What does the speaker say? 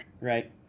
Right